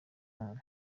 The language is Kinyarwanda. imana